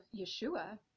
Yeshua